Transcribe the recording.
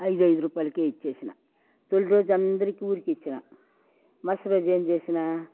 ఐదయిదు రూపాయలకే ఇచ్చేస్నా తొలిరోజు అందరికి ఊరికే ఇచ్చిన మర్స రోజు ఏం చేసిన